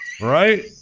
right